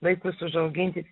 vaikus užauginti